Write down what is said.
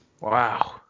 wow